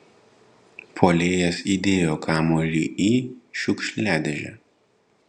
puolėjas įdėjo kamuolį į šiukšliadėžę